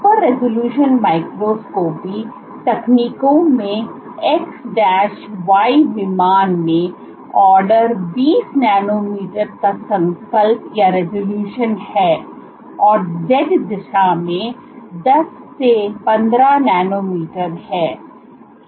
super resolution microscopy तकनीकों में X Y विमान में ऑर्डर 20 नैनोमीटर का संकल्प है और z दिशा में 10 से 15 नैनोमीटर है